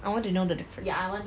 I want to know the difference